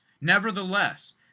Nevertheless